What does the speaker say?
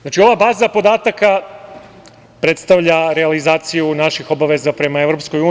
Znači, ova baza podataka predstavlja realizaciju naših obaveza prema EU.